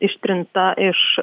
ištrinta iš